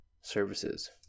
services